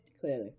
Clearly